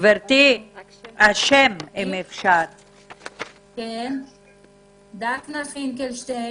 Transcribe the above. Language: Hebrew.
דפנה פינקלשטיין.